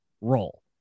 role